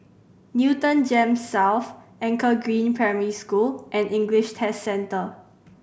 Newton GEMS South Anchor Green Primary School and English Test Centre